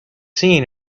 seen